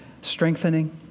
strengthening